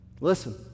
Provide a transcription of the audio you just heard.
Listen